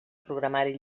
programari